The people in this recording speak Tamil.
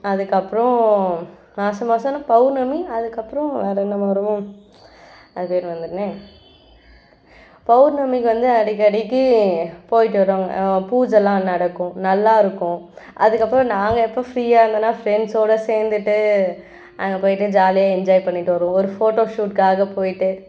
அதற்கப்பறம் மாதம் மாதம்னா பௌர்ணமி அதற்கப்பறம் வேறு என்ன வரும் அது பேர் மறந்துவிட்டனே பௌர்ணமிக்கு வந்து அடிக்கடிக்கு போயிவிட்டு வருவாங்க பூஜைலாம் நடக்கும் நல்லா இருக்கும் அதற்கப்பறம் நாங்கள் எப்போ ஃப்ரீயானோன்னா ஃப்ரெண்ட்ஸ்ஸோட சேர்ந்துட்டு அங்கே போயிவிட்டு ஜாலியாக என்ஜாய் பண்ணிகிட்டு வருவோம் ஒரு ஃபோட்டோ ஷூட்க்காக போயிவிட்டு